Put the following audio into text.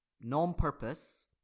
Non-purpose